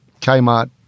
Kmart